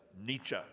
Nietzsche